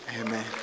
Amen